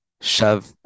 shove